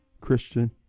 Christian